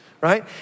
right